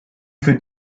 für